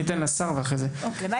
אתן לשר ולאחר מכן תדברו.